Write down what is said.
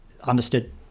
understood